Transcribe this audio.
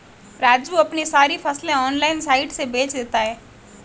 राजू अपनी सारी फसलें ऑनलाइन साइट से बेंच देता हैं